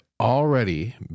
Already